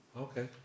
Okay